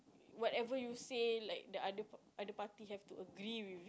whatever you said like the other other party have to agree with